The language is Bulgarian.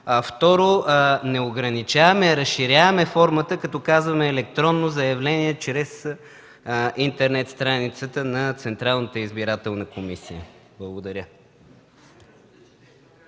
Второ, не ограничаваме, а разширяваме формата, като казваме „електронно заявление чрез интернет страницата на Централната избирателна комисия”. Благодаря.